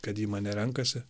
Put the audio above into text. kad ji mane renkasi